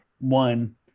One